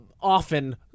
often